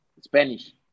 Spanish